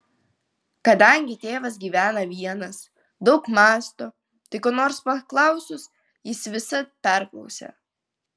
kadangi tėvas gyvena vienas daug mąsto tai ko nors paklausus jis visad perklausia